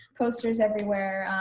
posters everywhere,